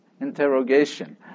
interrogation